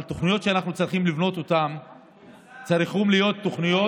אבל התוכניות שאנחנו צריכים לבנות צריכות להיות תוכניות,